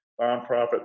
nonprofit